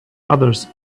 others